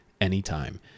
anytime